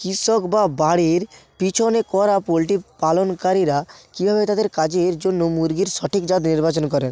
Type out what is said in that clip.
কৃষক বা বাড়ির পিছনে করা পোল্ট্রি পালনকারীরা কীভাবে তাদের কাজের জন্য মুরগির সঠিক জাত নির্বাচন করেন